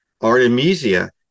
Artemisia